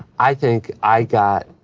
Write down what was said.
i think i got,